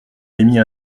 émis